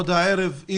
עוד הערב.